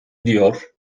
diyor